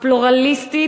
פלורליסטית,